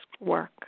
work